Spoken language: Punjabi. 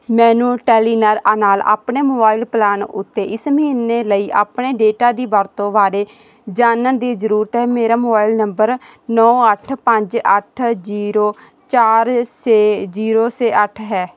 ਮੈਨੂੰ ਟੈਲੀਨਾਰ ਨਾਲ ਆਪਣੇ ਮੋਬਾਈਲ ਪਲਾਨ ਉੱਤੇ ਇਸ ਮਹੀਨੇ ਲਈ ਆਪਣੇ ਡੇਟਾ ਦੀ ਵਰਤੋਂ ਬਾਰੇ ਜਾਣਨ ਦੀ ਜ਼ਰੂਰਤ ਹੈ ਮੇਰਾ ਮੋਬਾਈਲ ਨੰਬਰ ਨੌਂ ਅੱਠ ਪੰਜ ਅੱਠ ਜ਼ੀਰੋ ਚਾਰ ਛੇ ਜ਼ੀਰੋ ਛੇ ਅੱਠ ਹੈ